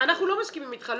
אנחנו לא מסכימים אתך,